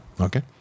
Okay